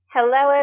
Hello